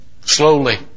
slowly